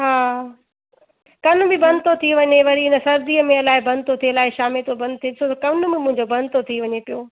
हा कन बि बंदि थो थी वञे वरी इन सर्दीअ में अलाए बंदि थो थिए अलाए छा में थो बंदि थिए कन बि मुंहिंजो बंदि थो थी वञे पियो